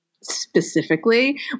specifically